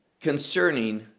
concerning